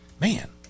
Man